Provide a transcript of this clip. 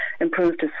improved